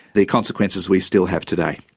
the consequences we still have today.